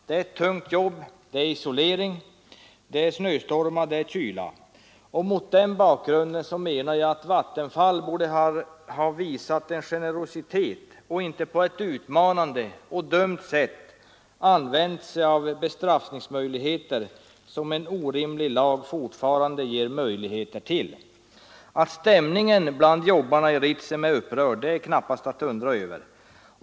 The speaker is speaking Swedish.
Det är ett tungt jobb, det är isolering, det är snöstormar och kyla. Mot den bakgrunden menar jag att Vattenfall borde ha visat generositet och inte på ett utmanande och dumt sätt använt sig av bestraffning, som en orimlig lag fortfarande ger möjlighet till. Att stämningen bland jobbarna i Ritsem är upprörd är knappast att undra över.